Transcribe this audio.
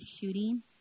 shooting